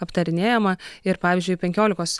aptarinėjama ir pavyzdžiui penkiolikos